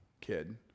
kid